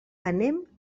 anem